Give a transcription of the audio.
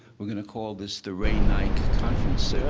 we're gonna call this the ray nike conference center.